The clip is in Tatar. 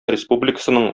республикасының